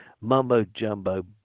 mumbo-jumbo